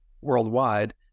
worldwide